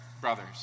brothers